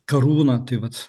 karūna tai vat